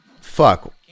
fuck